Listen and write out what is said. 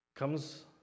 comes